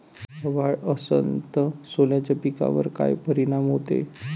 अभाळ असन तं सोल्याच्या पिकावर काय परिनाम व्हते?